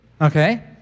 Okay